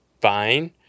fine